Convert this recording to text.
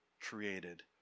created